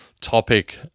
topic